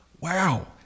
Wow